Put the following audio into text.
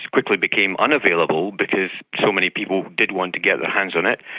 quickly became unavailable because so many people did want to get their hands on it.